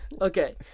okay